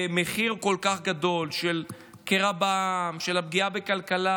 במחיר כל כך גדול של קרע בעם, של פגיעה בכלכלה,